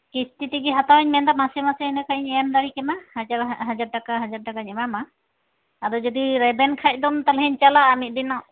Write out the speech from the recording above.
ᱠᱤᱥᱛᱤ ᱛᱮᱜᱮ ᱦᱟᱛᱟᱣᱤᱧ ᱢᱮᱱᱫᱟ ᱢᱟᱥᱮ ᱢᱟᱥᱮ ᱤᱱᱟᱹ ᱠᱷᱟᱡ ᱤᱧ ᱮᱢ ᱫᱟᱲᱮ ᱠᱮᱢᱟ ᱦᱟᱡᱟᱨ ᱴᱟᱠᱟ ᱦᱟᱡᱟᱨ ᱴᱟᱠᱟᱧ ᱮᱢᱟᱢᱟ ᱟᱫᱚ ᱡᱩᱫᱤ ᱨᱮᱵᱮᱱ ᱠᱷᱟᱡ ᱫᱚᱢ ᱛᱟᱞᱦᱮᱧ ᱪᱟᱞᱟᱜᱼᱟ ᱢᱤᱫ ᱫᱤᱱᱚᱜ